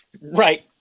Right